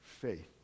faith